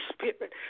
Spirit